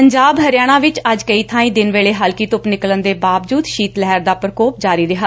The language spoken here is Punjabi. ਪੰਜਾਬ ਤੇ ਹਰਿਆਣਾ ਵਿਚ ਅੱਜ ਕਈ ਥਾਈਂ ਦਿਨ ਵੇਲੇ ਹਲਕੀ ਧੁੱਪ ਨਿਕਲਣ ਦੇ ਬਾਵਜੂਦ ਸ਼ੀਤ ਲਹਿਰ ਦਾ ਪ੍ਰਕੋਪ ਜਾਰੀ ਰਿਹਾ